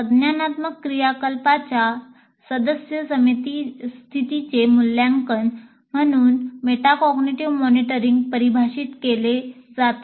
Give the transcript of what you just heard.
संज्ञानात्मक क्रियाकलापांच्या सद्य स्थितीचे मूल्यांकन म्हणून मेटाकॉग्निटीव्ह मॉनिटरींग परिभाषित केले जाते